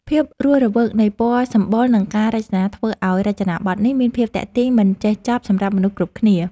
ភាពរស់រវើកនៃពណ៌សម្បុរនិងការរចនាធ្វើឱ្យរចនាប័ទ្មនេះ មានភាពទាក់ទាញមិនចេះចប់សម្រាប់មនុស្សគ្រប់គ្នា។